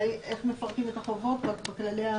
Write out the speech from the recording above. איך מפרקים את החובות בכללי.